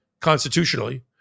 constitutionally